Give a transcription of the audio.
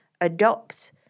adopt